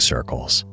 Circles